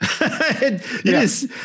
Yes